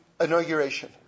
inauguration